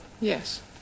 Yes